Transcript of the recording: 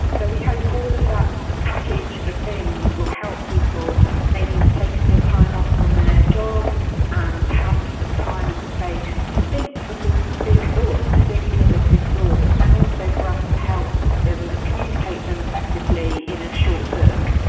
so we hope all of that package of things will help people maybe take a bit of time off from their job and have some time and space to think big thoughts, to think innovative thoughts, and also for us to help them communicate them effectively in a short book.